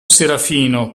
serafino